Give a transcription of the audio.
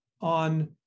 on